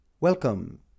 Welcome